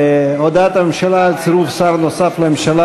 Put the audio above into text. הודעת הממשלה על צירוף שר נוסף לממשלה,